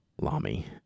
lami